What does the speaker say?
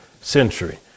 century